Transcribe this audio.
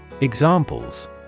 Examples